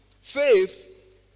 Faith